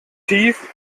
tief